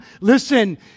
listen